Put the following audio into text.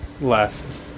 left